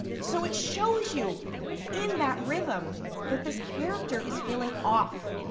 so it shows you in that rhythm, that this character is feeling off.